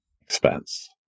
expense